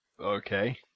Okay